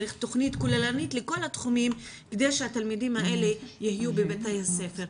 צריך תוכנית כוללנית לכל התחומים כדי שהתלמידים האלה יהיו בבתי הספר.